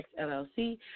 LLC